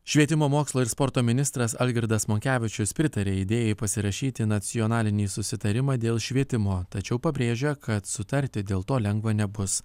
švietimo mokslo ir sporto ministras algirdas monkevičius pritaria idėjai pasirašyti nacionalinį susitarimą dėl švietimo tačiau pabrėžia kad sutarti dėl to lengva nebus